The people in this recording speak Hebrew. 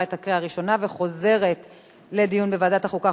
לוועדת החוקה,